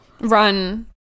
Run